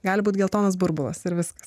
gali būti geltonas burbulas ir viskas